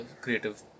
creative